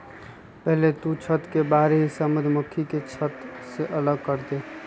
पहले तु छत्त के बाहरी हिस्सा मधुमक्खी के छत्त से अलग करदे